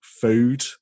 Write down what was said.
food